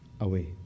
away